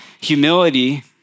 Humility